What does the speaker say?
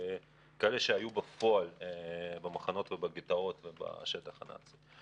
ואילו אלה היו בפועל במחנות ובגטאות ובשטח הנאצי.